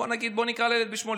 בואו נקרא לילד בשמו,